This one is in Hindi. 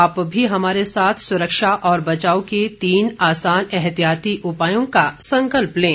आप भी हमारे साथ सुरक्षा और बचाव के तीन आसान एहतियाती उपायों का संकल्प लें